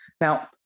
Now